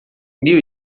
mil